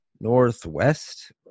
northwest